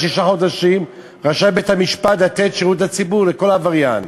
עד שישה חודשים רשאי בית-המשפט לתת שירות לציבור לכל עבריין.